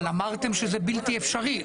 אמרתם שזה בלתי אפשרי.